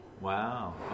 Wow